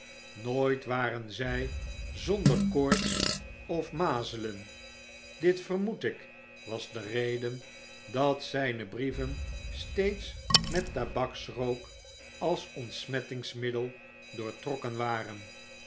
nooit waren zy zonder koorts of mazelen dit vermoed ik was de reden dat zyn brieveh steeds met tabaksrook als ontsmettingsmiddel doortrokken waren